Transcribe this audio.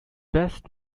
best